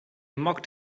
mocked